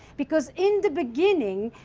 because in the beginning,